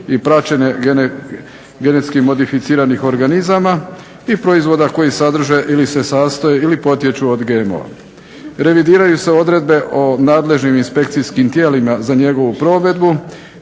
i praćenje genetski modificiranih organizama i proizvoda koji sadrže ili se sastoje ili potječu od GMO-a. Revidiraju se odredbe o nadležnim inspekcijskim tijelima za njegovu provedbu